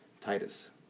Titus